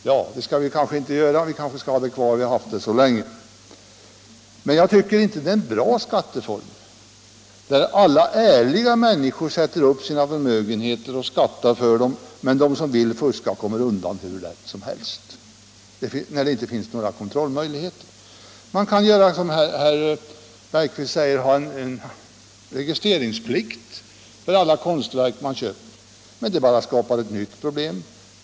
Ja, det skall vi kanske inte göra. Vi skall kanske ha den kvar när vi nu haft den så länge. Men jag tycker inte att det är en bra skatteform där alla ärliga människor tar upp sin förmögenhet och skattar för den medan däremot de som fuskar kommer undan hur lätt som helst, eftersom det inte finns några kontrollmöjligheter. Man kan, som herr Bergqvist säger, ha en registreringsplikt för alla konstverk vid inköpet. Men det skapar bara ett nytt problem.